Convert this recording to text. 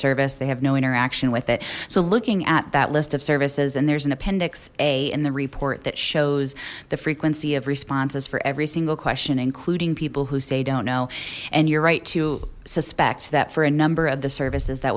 service they have no interaction with it so looking at that list of services and there's an appendix a in the report that shows the frequency of responses for every single question including people who say don't know and you're right to suspect that for a number of the services that